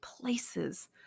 places